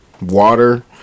water